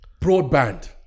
broadband